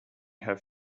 have